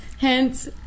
Hence